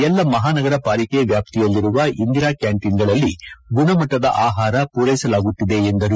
ಎಲ್ಲಾ ಮಹಾನಗರ ಪಾಲಿಕೆ ವ್ಕಾಪ್ತಿಯಲ್ಲಿರುವ ಇಂದಿರಾ ಕ್ಕಾಂಟೀನ್ಗಳಲ್ಲಿ ಗುಣಮಟ್ಟದ ಆಹಾರ ಮೂರೈಸಲಾಗುತ್ತಿದೆ ಎಂದರು